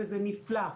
וזה נפלא.